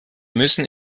müssen